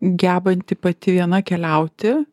gebanti pati viena keliauti